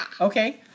Okay